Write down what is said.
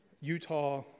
Utah